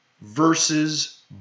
versus